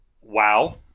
Wow